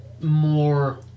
more